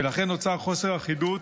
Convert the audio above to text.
ולכן נוצרו חוסר אחידות